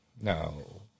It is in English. No